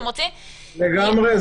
בינתיים הם יוכלו להתנדב.